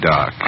Doc